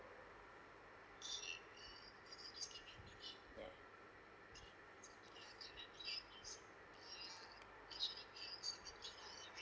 yeah